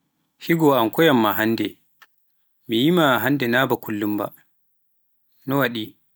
Higoo am ko yanma hannde mi yiiema hannde na baa kullum ba, nowaaɗi.